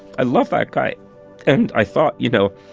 i love that guy and i thought, you know,